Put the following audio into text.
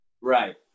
Right